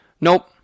Nope